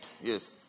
Yes